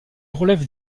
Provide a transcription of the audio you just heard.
relève